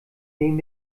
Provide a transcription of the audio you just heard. neben